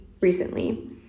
recently